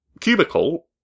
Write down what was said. cubicle